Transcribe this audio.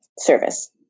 service